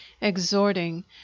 exhorting